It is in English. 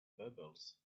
bubbles